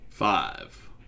Five